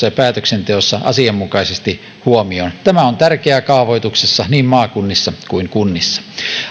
ja päätöksenteossa asianmukaisesti huomioon tämä on tärkeää kaavoituksessa niin maakunnissa kuin kunnissa